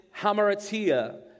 hamaratia